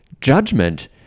judgment